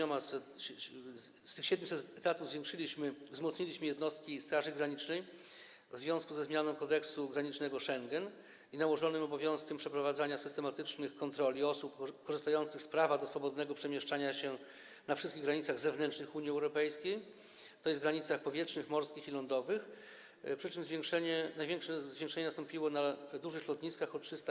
O 700 etatów wzmocniliśmy jednostki Straży Granicznej w związku ze zmianą kodeksu granicznego Schengen i nałożonym obowiązkiem przeprowadzania systematycznych kontroli osób korzystających z prawa do swobodnego przemieszczania się na wszystkich granicach zewnętrznych Unii Europejskiej, tj. granicach powietrznych, morskich i lądowych, przy czym największe zwiększenie liczby etatów nastąpiło na tych dużych lotniskach - o 300.